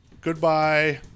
Goodbye